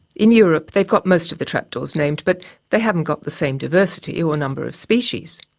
in europe, they've got most of the trapdoors named but they haven't got the same diversity or number of species.